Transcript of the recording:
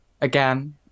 Again